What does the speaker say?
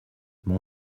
mon